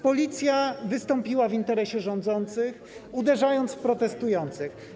Policja wystąpiła w interesie rządzących, uderzając w protestujących.